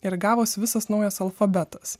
ir gavosi visas naujas alfabetas